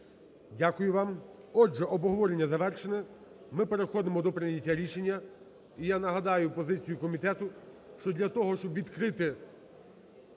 Дякую вам. Отже, обговорення завершене, ми переходимо до прийняття рішення. І я нагадаю позицію комітету, що для того, щоб відкрити